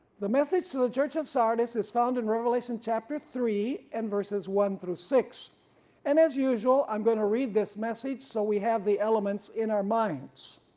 the message to the church of sardis is found in revelation chapter three and verses one through six and as usual i'm going to read this message so we have the elements in our minds,